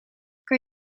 kan